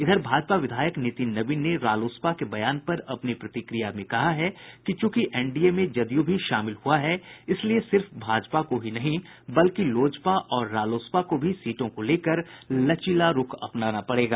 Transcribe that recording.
इधर भाजपा विधायक नितिन नवीन ने रालोसपा के बयान पर अपनी प्रक्रिया में कहा है कि चूंकि एनडीए में जदयू भी शामिल हुआ है इसलिए सिर्फ भाजपा को ही नहीं बल्कि लोजपा और रालोसपा को भी सीटों को लेकर लचीला रूख अपनाना पड़ेगा